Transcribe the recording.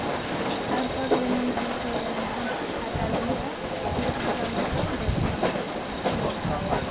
ᱛᱟᱨᱯᱚᱨᱮ ᱡᱮᱢᱚᱱ ᱟᱞᱮ ᱥᱩᱨ ᱨᱮ ᱢᱮᱱᱟᱜᱼᱟ ᱯᱟᱛᱟᱵᱤᱸᱫᱷᱟᱹ ᱡᱟᱦᱟᱸ ᱫᱚ ᱚᱸᱰᱮ ᱫᱚ ᱵᱷᱳᱭᱨᱳᱵᱽ ᱵᱟᱵᱟ ᱠᱚ ᱵᱚᱸᱜᱟᱣᱟᱭᱟ